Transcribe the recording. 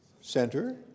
center